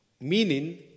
meaning